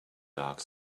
dark